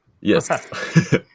Yes